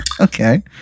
Okay